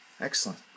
Excellent